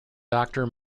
doctor